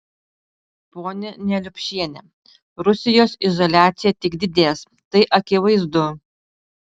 ponia neliupšiene rusijos izoliacija tik didės tai akivaizdu